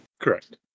Correct